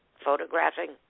photographing